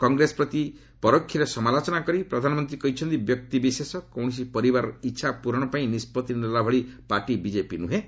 କଂଗ୍ରେସ ପ୍ରତି ପରୋକ୍ଷରେ ସମାଲୋଚନା କରି ପ୍ରଧାନମନ୍ତ୍ରୀ କହିଛନ୍ତି ବ୍ୟକ୍ତିବିଶେଷ କୌଣସି ପରିବାରର ଇଚ୍ଛା ପୂରଣ ପାଇଁ ନିଷ୍ପଉି ନେଲାଭଳି ପାର୍ଟି ବିଜେପି ନୁହେଁ